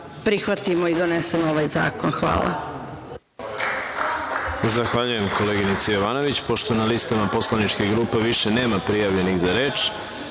prihvatimo i donesemo ovaj zakon. Hvala.